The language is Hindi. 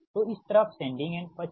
तो इस तरफ सेंडिंग एंड पक्ष है